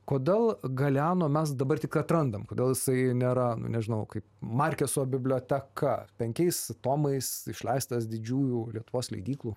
kodėl galeano mes dabar tik atrandam kodėl jisai nėra nu nežinau kaip markeso biblioteka penkiais tomais išleistas didžiųjų lietuvos leidyklų